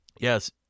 Yes